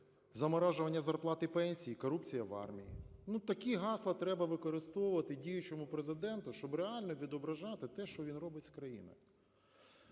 заморожування зарплат і пенсій, корупція в армії". Ну, такі гасла треба використовувати діючому Президенту, щоб реально відображати те, що він робить з країною.